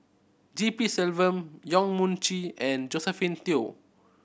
G P Selvam Yong Mun Chee and Josephine Teo